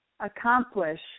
accomplish